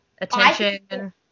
attention